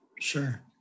Sure